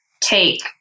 take